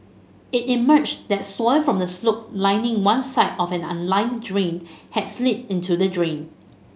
it emerged that soil from the slope lining one side of an unlined drain had slid into the drain